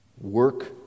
Work